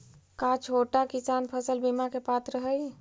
का छोटा किसान फसल बीमा के पात्र हई?